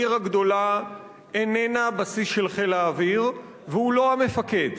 העיר הגדולה איננה בסיס של חיל האוויר והוא לא המפקד,